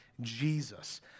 Jesus